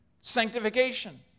Sanctification